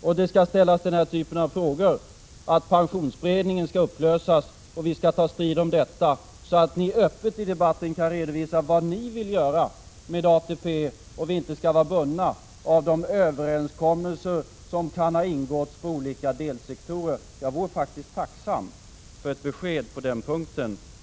och att den här typen av frågor skall ställas där? Skall pensionsberedningen upplösas, och skall vi ta strid om detta, så att ni öppet i debatten skall kunna redovisa vad ni vill göra med ATP? Skall vi inte vara bundna av de överenskommelser som kan ha ingåtts på olika delsektorer? Jag vore faktiskt tacksam för ett besked på den punkten.